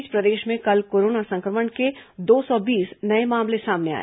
इस बीच प्रदेश में कल कोरोना संक्रमण के दो सौ बीस नये मामले सामने आए